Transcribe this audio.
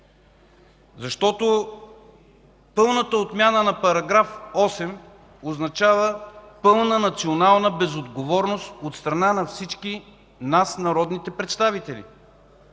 бащи. Пълната отмяна на § 8 означава пълна национална безотговорност от страна на всички нас – народните представители.